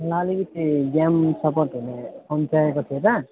मलाई अलिकति game support हुने फोन चाहिएको थियो त